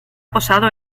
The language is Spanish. posado